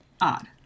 odd